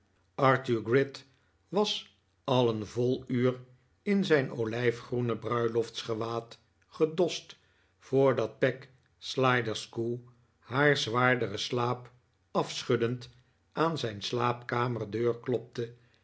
arthur gride was al een vol uur in zijn olijfgroene bruiloftsgewaad gedost voordat peg sliderskew haar zwaarderen slaap afschuddend aan zijn kamerdeur klopte